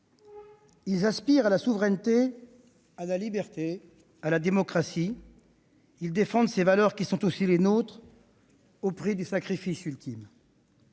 Ils aspirent à la souveraineté, à la liberté, à la démocratie ; ils défendent ces valeurs qui sont aussi les nôtres au prix du sacrifice ultime.